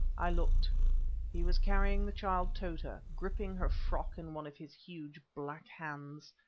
i looked he was carrying the child tota, gripping her frock in one of his huge black hands.